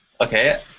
Okay